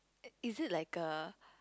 is it like a